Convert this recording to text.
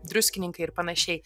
druskininkai ir panašiai